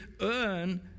earn